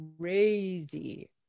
crazy